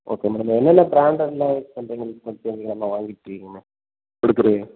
okay madam என்னென்ன ப்ராண்ட்ல sales பண்ணுறிங்கன்னு கொஞ்சம் தெரிஞ்சுக்கலாமா வாங்கிட்ருக்கீங்கம்மா கொடுக்குறீங்க